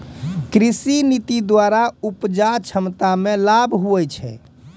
कृषि नीति द्वरा उपजा क्षमता मे लाभ हुवै छै